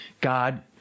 God